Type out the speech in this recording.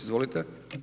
Izvolite.